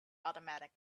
automatic